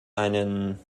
einen